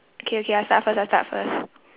okay okay I start first I start first